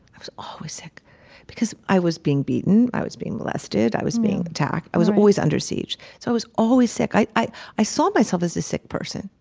i was always sick because i was being beaten, i was being molested, i was being attacked, i was always under siege, so i was always sick i i saw myself as a sick person.